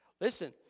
Listen